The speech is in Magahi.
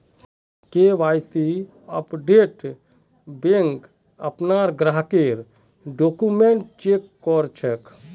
के.वाई.सी अपडेटत बैंक अपनार ग्राहकेर डॉक्यूमेंट चेक कर छेक